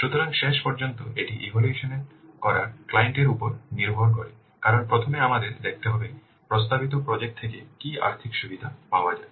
সুতরাং শেষ পর্যন্ত এটি ইভ্যালুয়েশন করা ক্লায়েন্ট এর উপর নির্ভর করে কারণ প্রথমে আমাদের দেখতে হবে প্রস্তাবিত প্রজেক্ট থেকে কী আর্থিক সুবিধা পাওয়া যাবে